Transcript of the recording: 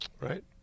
right